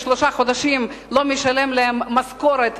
ושלושה חודשים לא משלם להם משכורת,